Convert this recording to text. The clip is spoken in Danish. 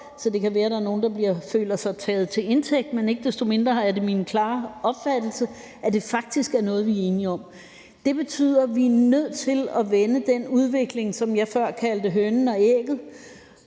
så det kan være, der er nogen, der føler sig taget til indtægt, men ikke desto mindre er det min klare opfattelse, at det faktisk er noget, vi er enige om. Det betyder, at vi er nødt til at vende den udvikling, som jeg før kaldte hønen og ægget,